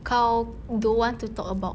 kau don't want to talk about